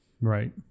Right